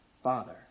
Father